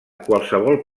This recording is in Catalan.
qualsevol